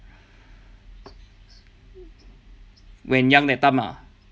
when young that time ah